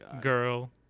girl